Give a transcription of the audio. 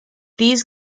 these